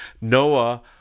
noah